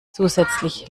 zusätzlich